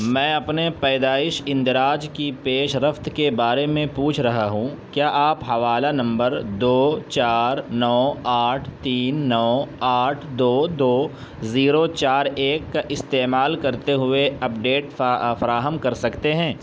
میں اپنے پیدائش اندراج کی پیش رفت کے بارے میں پوچھ رہا ہوں کیا آپ حوالہ نمبر دو چار نو آٹھ تین نو آٹھ دو دو زیرو چار ایک کا استعمال کرتے ہوئے اپڈیٹ فراہم کر سکتے ہیں